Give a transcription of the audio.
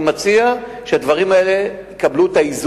אם היית אומר: הייתי שם, זו גם שאלה, האם הכנסת